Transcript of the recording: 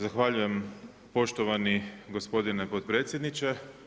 Zahvaljujem poštovani gospodine potpredsjedniče.